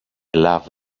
love